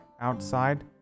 outside